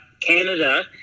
Canada